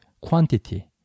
quantity